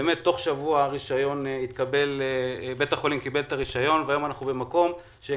באמת תוך שבוע בית החולים קיבל את הרישיון והיום אנחנו כבר במקום שהם